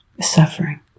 suffering